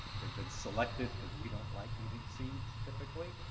they've been selected because we don't like eating seeds, typically,